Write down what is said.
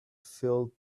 field